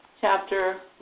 chapter